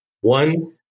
One